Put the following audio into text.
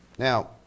Now